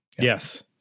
Yes